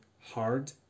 hard